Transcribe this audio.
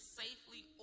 safely